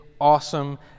awesome